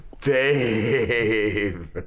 Dave